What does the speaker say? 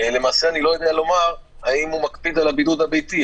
למעשה אני לא יודע לומר האם הוא מקפיד על הבידוד הביתי.